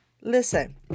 Listen